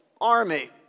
army